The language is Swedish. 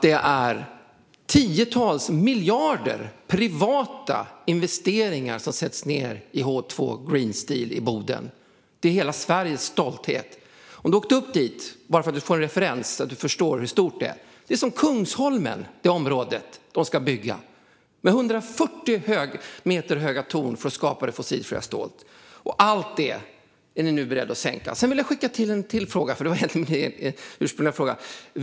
Det görs privata investeringar på tiotals miljarder i H2 Green Steel i Boden. Det är hela Sveriges stolthet. Åk gärna upp dit! Jag ska ge en referens, så att du förstår hur stort det är. Det område där man ska bygga är stort som Kungsholmen. Man ska ha 140 meter höga torn för att skapa det fossilfria stålet. Allt det är ni nu beredda att sänka. Jag vill ställa en till fråga; det var egentligen den ursprungliga frågan.